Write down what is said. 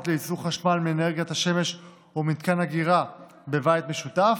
לייצור חשמל מאנרגיית השמש או מתקן אגירה בבית משותף),